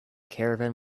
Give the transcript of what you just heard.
caravan